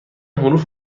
حروف